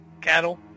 cattle